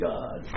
God